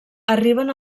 arriben